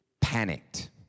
panicked